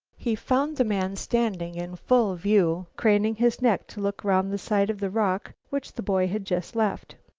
he found the man standing in full view, craning his neck to look around the side of the rock which the boy had just left.